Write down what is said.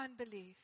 unbelief